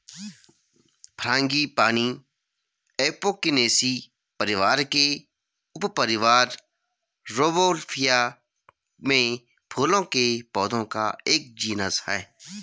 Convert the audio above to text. frangipani Apocynaceae परिवार के उपपरिवार रौवोल्फिया में फूलों के पौधों का एक जीनस है